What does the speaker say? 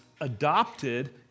adopted